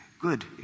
good